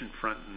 front